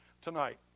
tonight